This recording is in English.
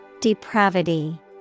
Depravity